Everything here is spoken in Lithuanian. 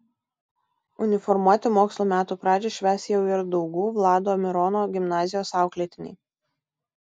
uniformuoti mokslo metų pradžią švęs jau ir daugų vlado mirono gimnazijos auklėtiniai